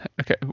okay